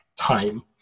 time